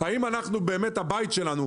האם הבית שלנו,